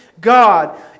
God